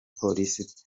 polisi